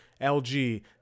LG